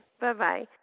Bye-bye